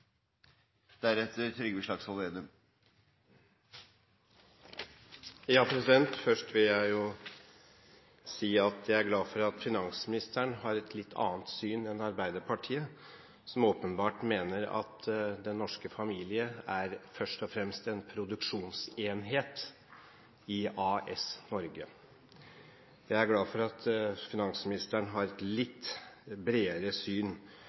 Først vil jeg si at jeg er glad for at finansministeren har et litt annet syn enn Arbeiderpartiet, som åpenbart mener at den norske familie først og fremst er en produksjonsenhet i AS Norge. Jeg er glad for at finansministeren har et litt bredere syn